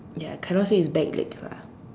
ya cannot see his back leg lah